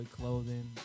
Clothing